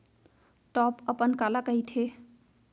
Top अपन काला कहिथे?